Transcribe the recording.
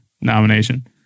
nomination